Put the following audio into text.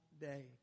day